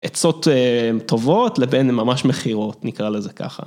עצות טובות, לבין ממש מכירות, נקרא לזה ככה.